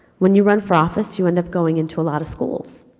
when you run for office, you end up going into a lot of schools.